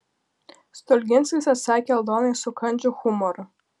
stulginskis atsakė aldonai su kandžiu humoru